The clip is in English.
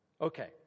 okay